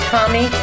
Tommy